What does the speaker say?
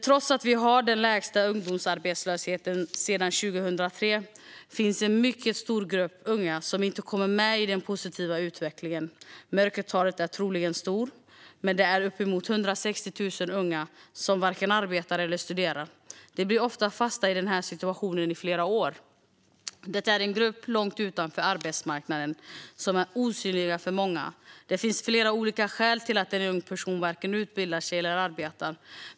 Trots att vi har den lägsta ungdomsarbetslösheten sedan 2003 finns en mycket stor grupp unga som inte kommer med i den positiva utvecklingen. Mörkertalet är troligen stort, men det är uppemot 160 000 unga som varken arbetar eller studerar. De blir ofta fast i den situationen i flera år. Det är en grupp långt utanför arbetsmarknaden som är osynlig för många. Det finns flera olika skäl till att en ung person varken utbildar sig eller arbetar.